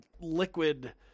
liquid